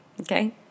okay